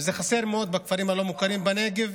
וזה חסר מאוד בכפרים הלא-מוכרים בנגב.